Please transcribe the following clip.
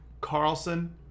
Carlson